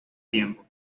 tiempo